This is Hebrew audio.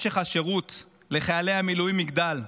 משך השירות לחיילי המילואים יגדל.